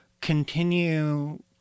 continue